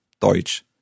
Deutsch